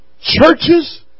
Churches